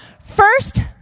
first